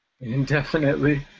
Indefinitely